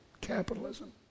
capitalism